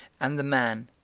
and the man,